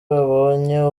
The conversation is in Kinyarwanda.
babonye